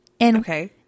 Okay